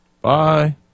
Bye